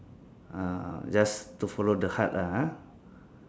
uh just to follow the heart lah ah